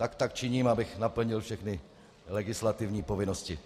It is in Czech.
Tak tak činím, abych naplnil všechny legislativní povinnosti.